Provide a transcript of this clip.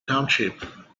township